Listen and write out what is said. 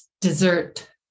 Dessert